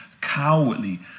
cowardly